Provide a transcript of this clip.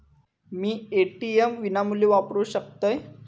मी ATM विनामूल्य वापरू शकतय?